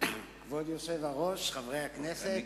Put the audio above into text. כבוד היושב-ראש, חברי הכנסת,